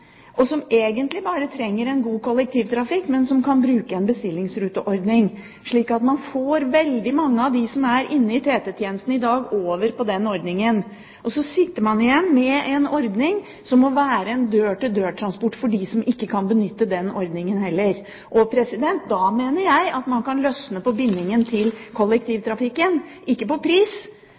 brukerne som egentlig bare trenger en god kollektivtrafikk. De kan bruke en bestillingsruteordning, slik at man får veldig mange av dem som er inne i TT-tjenesten i dag, over på den ordningen. Så sitter man igjen med en dør til dør-transportordning for dem som heller ikke kan benytte denne ordningen. Jeg mener at man da kan løsne på bindingen til kollektivtrafikken, ikke på pris,